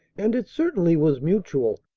and it certainly was mutual.